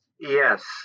Yes